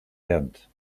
tent